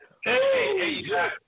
hey